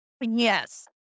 Yes